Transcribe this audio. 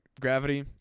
Gravity